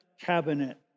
cabinet